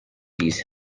these